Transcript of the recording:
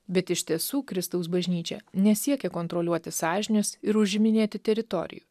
bet iš tiesų kristaus bažnyčia nesiekia kontroliuoti sąžinės ir užiminėti teritorijų